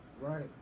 Right